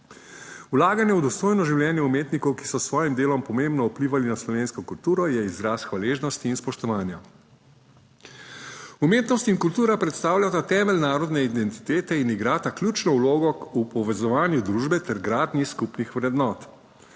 Vlaganje v dostojno življenje umetnikov, ki so s svojim delom pomembno vplivali na slovensko kulturo, je izraz hvaležnosti in spoštovanja. Umetnost in kultura predstavljata temelj narodne identitete in igrata ključno vlogo v povezovanju družbe ter gradnji skupnih vrednot,